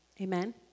Amen